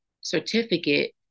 certificate